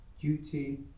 duty